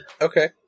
Okay